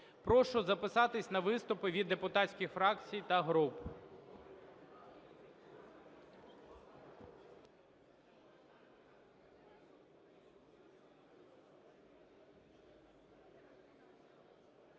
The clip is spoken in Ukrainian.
Прошу записатися на виступи від депутатських фракцій та груп.